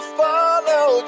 follow